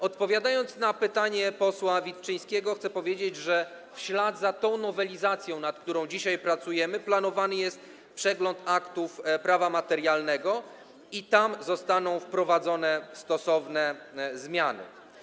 Odpowiadając na pytanie posła Wilczyńskiego, chcę powiedzieć, że w ślad za tą nowelizacją, nad którą dzisiaj pracujemy, planowany jest przegląd aktów prawa materialnego i tam zostaną wprowadzone stosowne zmiany.